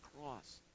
cross